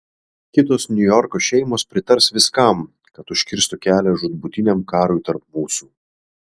kitos niujorko šeimos pritars viskam kad užkirstų kelią žūtbūtiniam karui tarp mūsų